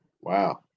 wow